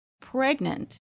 pregnant